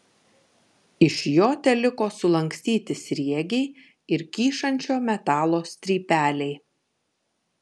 iš jo teliko sulankstyti sriegiai ir kyšančio metalo strypeliai